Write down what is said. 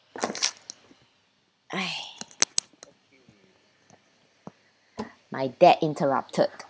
my dad interrupted